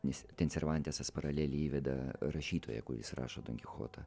nes ten servantesas paraleliai įveda rašytoją kuris rašo donkichotą